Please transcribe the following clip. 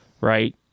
right